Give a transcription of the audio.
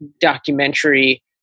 documentary